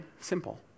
simple